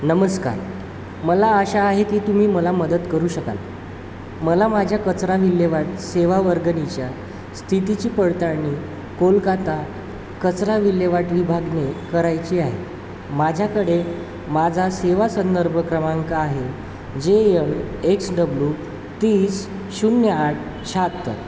नमस्कार मला आशा आहे की तुम्ही मला मदत करू शकाल मला माझ्या कचरा विल्हेवाट सेवा वर्गणीच्या स्थितीची पडताळणी कोलकाता कचरा विल्हेवाट विभागने करायची आहे माझ्याकडे माझा सेवा संदर्भ क्रमांक आहे जे यम एक्स डब्ल्यू तीस शून्य आठ शाहत्तर